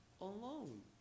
alone